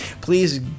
please